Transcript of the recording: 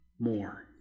more